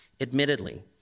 Admittedly